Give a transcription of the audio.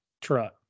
truck